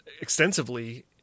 extensively